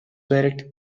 werkt